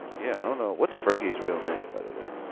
yeah, i don't know. what's fergie's real name, by the way?